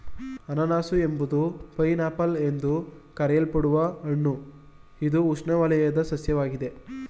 ಅನನಾಸು ಎಂಬುದು pineapple ಎಂದು ಕರೆಯಲ್ಪಡುವ ಹಣ್ಣು ಇದು ಉಷ್ಣವಲಯದ ಸಸ್ಯವಾಗಿದೆ